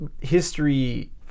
history